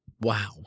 Wow